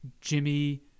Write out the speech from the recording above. Jimmy